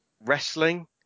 wrestling